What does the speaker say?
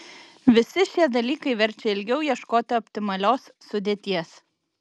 visi šie dalykai verčia ilgiau ieškoti optimalios sudėties